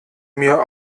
mir